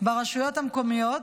ברשויות המקומיות